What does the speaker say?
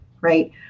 right